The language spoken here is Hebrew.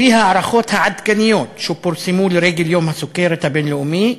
לפי ההערכות העדכניות שפורסמו לרגל יום הסוכרת הבין-לאומי,